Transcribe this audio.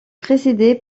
précédé